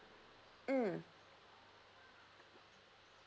mm